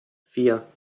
vier